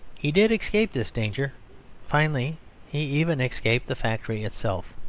he did escape this danger finally he even escaped the factory itself.